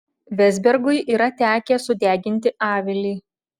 vezbergui yra tekę sudeginti avilį